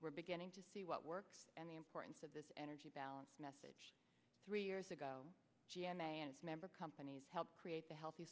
we're beginning to see what works and the importance of this energy balance message three years ago g n a s member companies helped create the healthy